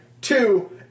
Two